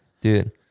dude